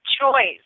choice